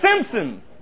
Simpson